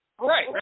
Right